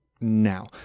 now